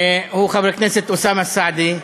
הוא חבר הכנסת אוסאמה סעדי,